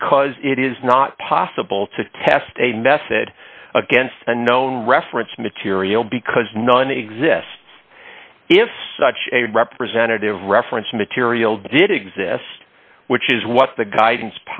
because it is not possible to test a method against a known reference material because none exist if such a representative reference material did exist which is what the guidance